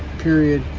period,